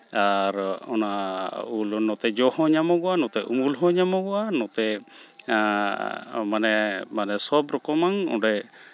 ᱟᱨ ᱚᱱᱟ ᱩᱞ ᱦᱚᱸ ᱱᱚᱛᱮ ᱡᱚ ᱦᱚᱸ ᱧᱟᱢᱚᱜᱚᱜᱼᱟ ᱱᱚᱛᱮ ᱩᱢᱩᱞ ᱦᱚᱸ ᱧᱟᱢᱚᱜᱼᱟ ᱱᱚᱛᱮ ᱢᱟᱱᱮ ᱢᱟᱱᱮ ᱥᱚᱵ ᱨᱚᱠᱚᱢᱟᱝ ᱚᱸᱰᱮ